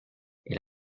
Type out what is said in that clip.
elle